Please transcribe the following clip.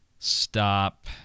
stop